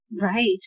Right